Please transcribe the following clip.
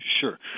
Sure